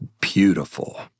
beautiful